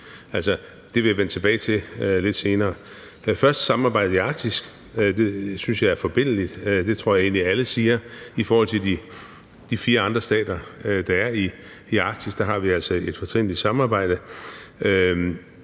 Det vil jeg vende tilbage til lidt senere. Først samarbejdet i Arktis: Jeg synes, det er forbilledligt. Det tror jeg egentlig alle siger i forhold til de fire andre stater, der er i Arktis. Der har vi altså et fortrinligt samarbejde,